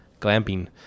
glamping